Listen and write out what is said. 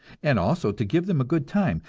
and also to give them a good time,